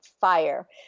fire